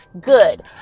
Good